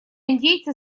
индейцы